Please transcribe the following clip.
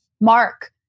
mark